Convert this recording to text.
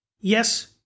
yes